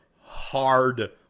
hard